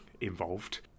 involved